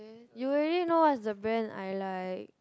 you really know what's the best I like